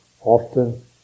often